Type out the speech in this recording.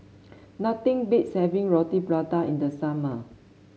nothing beats having Roti Prata in the summer